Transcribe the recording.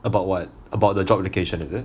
about what about the job application is it